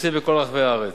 הפרוסים בכל הארץ.